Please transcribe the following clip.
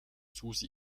susi